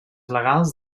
legals